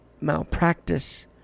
Malpractice